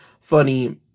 funny